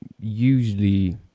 usually